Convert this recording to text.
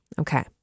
Okay